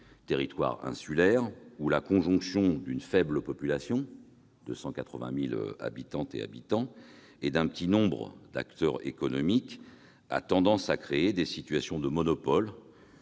territoire insulaire où la conjonction d'une faible population- 280 000 habitantes et habitants -et d'un petit nombre d'acteurs économiques a tendance à favoriser la création de situations de monopole